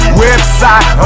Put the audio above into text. website